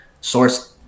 source